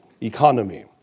economy